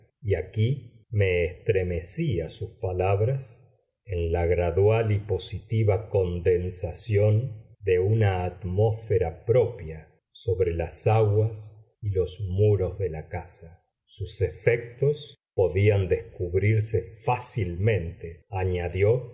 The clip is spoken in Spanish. aquellos objetos podía encontrarse decía y aquí me estremecí a sus palabras en la gradual y positiva condensación de una atmósfera propia sobre las aguas y los muros de la casa sus efectos podían descubrirse fácilmente añadió